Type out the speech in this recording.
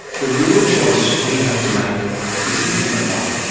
the real choice we have to make is a different one.